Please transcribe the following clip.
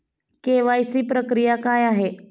KYC प्रक्रिया काय आहे?